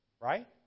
right